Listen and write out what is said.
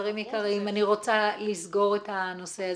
חברים יקרים, אני רוצה לסגור את הנושא הזה.